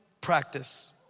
practice